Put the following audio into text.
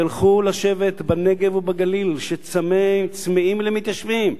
תלכו לשבת בנגב ובגליל, שצמאים למתיישבים.